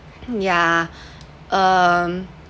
yeah um